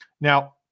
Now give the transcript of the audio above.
Now